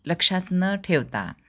लक्षात न ठेवता